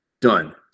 done